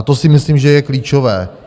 To si myslím, že je klíčové.